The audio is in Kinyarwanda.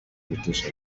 gutesha